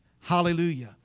Hallelujah